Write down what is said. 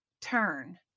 Turn